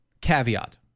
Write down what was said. caveat